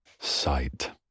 Sight